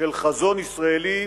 של חזון ישראלי,